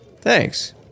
Thanks